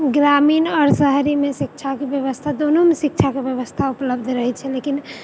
ग्रामीण आओर शहरीमे शिक्षाके बेबस्था दोनोमे शिक्षाके बेबस्था उपलब्ध रहै छै लेकिन